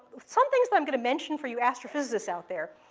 some things that i'm going to mention for you astrophysicists out there,